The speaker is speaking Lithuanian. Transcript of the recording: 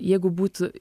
jeigu būtų